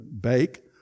bake